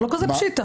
זה לא כזה פשיטא.